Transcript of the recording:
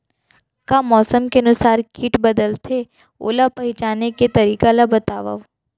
का मौसम के अनुसार किट बदलथे, ओला पहिचाने के तरीका ला बतावव?